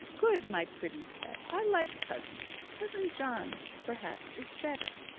good, my pretty pet. i like cousin. cousin john, perhaps, is better.